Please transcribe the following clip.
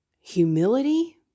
humility